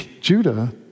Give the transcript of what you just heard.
Judah